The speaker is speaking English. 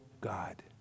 god